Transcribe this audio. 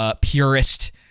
purist